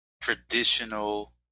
traditional